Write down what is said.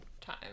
time